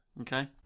Okay